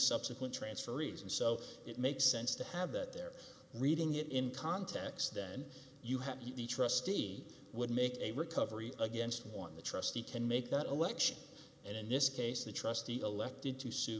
subsequent transferees and so it makes sense to have that they're reading it in context then you have the trustee would make a recovery against one the trustee can make that election and in this case the trustee elected to sue